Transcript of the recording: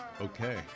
Okay